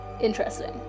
Interesting